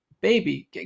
baby